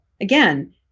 again